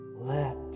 Let